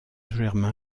germain